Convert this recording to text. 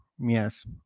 yes